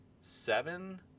seven